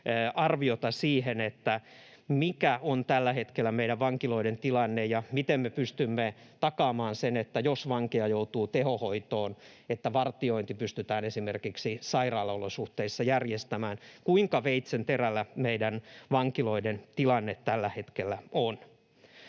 arviota siitä, mikä on tällä hetkellä meidän vankiloiden tilanne ja miten me pystymme takaamaan sen, että jos vankeja joutuu tehohoitoon, niin vartiointi pystytään esimerkiksi sairaalaolosuhteissa järjestämään. Kuinka veitsenterällä meidän vankiloiden tilanne tällä hetkellä on?